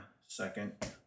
Second